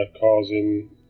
causing